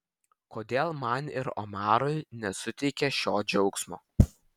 kodėl man ir omarui nesuteikė šio džiaugsmo